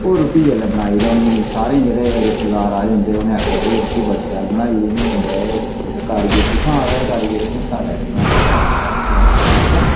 ओह् रुटटी जेल्लै बनाई तां उनेंगी सारें जेह्ड़े रिश्तेदार आए दे उंदे उनें आखेआ के भई रुट्टी बड़ी शैल बनाई दी इनें बंदा ऐ ते जेह्ड़ा कारीगर कुत्थां आए दा एह् कारीगर एह् साढ़ै इत्थैं दा कोला बंदा ऐ रियासी डिस्टिक दा